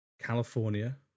california